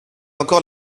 encore